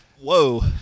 Whoa